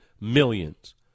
millions